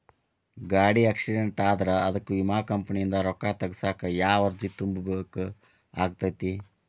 ಗಾಡಿ ಆಕ್ಸಿಡೆಂಟ್ ಆದ್ರ ಅದಕ ವಿಮಾ ಕಂಪನಿಯಿಂದ್ ರೊಕ್ಕಾ ತಗಸಾಕ್ ಯಾವ ಅರ್ಜಿ ತುಂಬೇಕ ಆಗತೈತಿ?